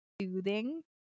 Soothing